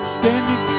standing